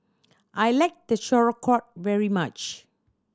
I like very much